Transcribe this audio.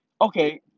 okay